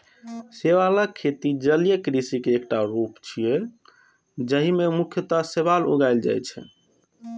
शैवालक खेती जलीय कृषि के एकटा रूप छियै, जाहि मे मुख्यतः शैवाल उगाएल जाइ छै